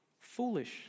Foolish